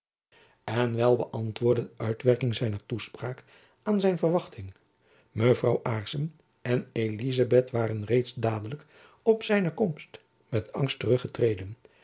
en wel beantwoordde de uitwerking zijner toespraak aan zijn verwachting mevrouw aarssen en elizabeth waren reeds dadelijk op zijne komst met angst terug getreden